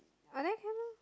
ah there can lor